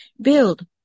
Build